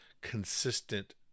consistent